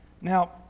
Now